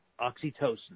oxytocin